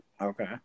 Okay